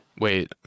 Wait